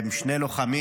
שני לוחמים.